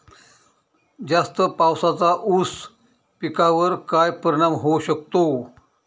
जास्त पावसाचा ऊस पिकावर काय परिणाम होऊ शकतो?